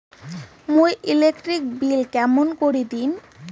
মুই electric bill কেমন করি দিম?